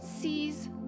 sees